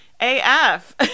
AF